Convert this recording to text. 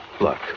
Look